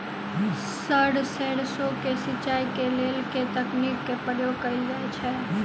Sir सैरसो केँ सिचाई केँ लेल केँ तकनीक केँ प्रयोग कैल जाएँ छैय?